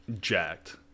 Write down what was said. jacked